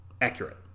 Accurate